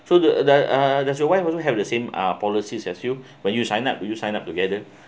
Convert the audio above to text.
so the the uh does your wife also have the same uh policies as you when you sign up do you sign up together